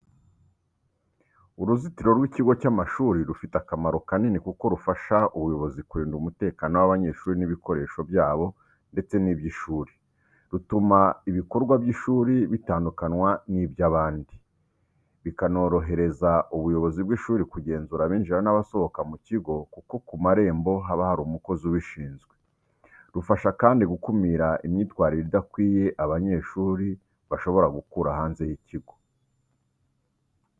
Uruzitiro rw’ikigo cy’amashuri rufite akamaro kanini kuko rufasha ubuyobozi kurinda umutekano w’abanyeshuri n’ibikoresho byabo ndetse n’iby’ishuri, rutuma ibikorwa by’ishuri bitandukanywa n’iby’abandi, bikanorohereza ubuyobozi bw'ishuri kugenzura abinjira n’abasohoka mu kigo kuko ku marembo haba hari umukozi ubishinzwe. Rufasha kandi gukumira imyitwarire idakwiriye abanyeshuri bashobora gukura hanze y’ikigo.